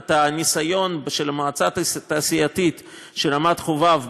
הניסיון של המועצה התעשייתית של רמת חובב בנגב.